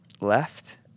Left